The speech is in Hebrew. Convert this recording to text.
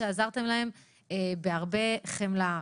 שעזרתם להם בהרבה חמלה,